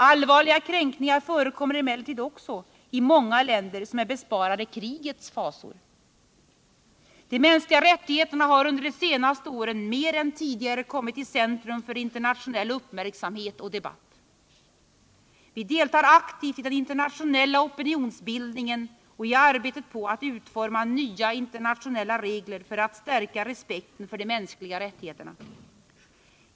Allvarliga kränkningar förekommer emellertid också i många länder som är besparade krigets fasor. De mänskliga rättigheterna har under de senaste åren mer än tidigare kommit i centrum för internationell uppmärksamhet och debatt. Vi deltar aktivt i den internationella opinionsbildningen och i arbetet på att utforma nya internationella regler för att stärka respekten för de mänskliga rättigheterna.